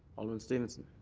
alderman stevenson.